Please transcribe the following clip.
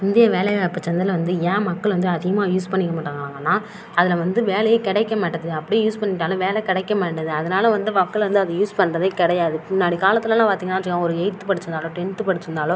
இந்திய வேலைவாய்ப்பு சந்தையில் வந்து ஏன் மக்கள் வந்து அதிகமாக யூஸ் பண்ணிக்க மாட்டேங்கிறாங்கன்னால் அதில் வந்து வேலையே கிடைக்க மாட்டுது அப்படி யூஸ் பண்ணிட்டாலும் வேலை கிடைக்கமாட்டுது அதனால வந்து மக்கள் வந்து அது யூஸ் பண்ணுறதே கெடையாது முன்னாடி காலத்துலலாம் பார்த்தீங்கனா வச்சுக்கோங்க ஒரு எயிட்த் படிச்சுருந்தாலோ டென்த் படிச்சிருந்தாலோ